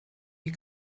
die